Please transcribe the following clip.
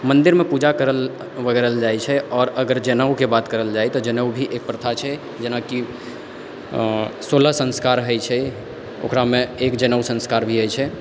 मन्दिरमे पूजा करल वगैरह जाइ छै आओर अगर जनेउके बात करल जाइ तऽ जनेउ भी एक प्रथा छै जेनाकि सोलह संस्कार होइ छै ओकरामे एक जनेउ संस्कार भी होइ छै